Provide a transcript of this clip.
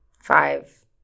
five